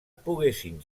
poguessin